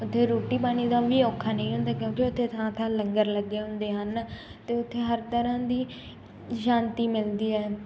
ਉੱਥੇ ਰੋਟੀ ਪਾਣੀ ਦਾ ਵੀ ਔਖਾ ਨਹੀਂ ਹੁੰਦਾ ਕਿਉਂਕਿ ਉੱਥੇ ਥਾਂ ਥਾਂ ਲੰਗਰ ਲੱਗੇ ਹੁੰਦੇ ਹਨ ਅਤੇ ਉੱਥੇ ਹਰ ਤਰ੍ਹਾਂ ਦੀ ਸ਼ਾਂਤੀ ਮਿਲਦੀ ਹੈ